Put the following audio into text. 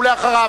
אחריו,